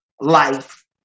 life